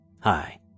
Hi